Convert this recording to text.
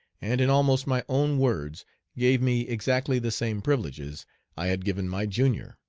and in almost my own words gave me exactly the same privileges i had given my junior,